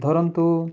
ଧରନ୍ତୁ